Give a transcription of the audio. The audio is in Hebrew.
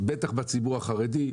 בטח בציבור החרדי,